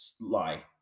lie